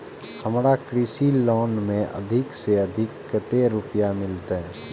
हमरा कृषि लोन में अधिक से अधिक कतेक रुपया मिलते?